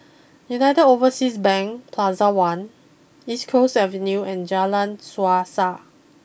United Overseas Bank Plaza one East Coast Avenue and Jalan Suasa